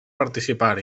participar